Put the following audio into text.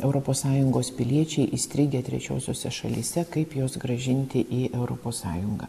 europos sąjungos piliečiai įstrigę trečiosiose šalyse kaip juos grąžinti į europos sąjungą